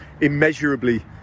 immeasurably